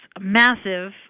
massive